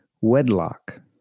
wedlock